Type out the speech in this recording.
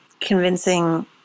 convincing